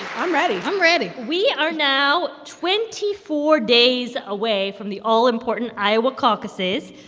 um ready i'm ready we are now twenty four days away from the all-important iowa caucuses.